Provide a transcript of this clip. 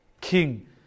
King